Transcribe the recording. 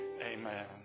Amen